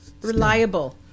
Reliable